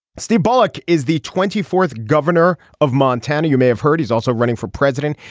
steve bullock is the twenty fourth governor of montana. you may have heard he's also running for president.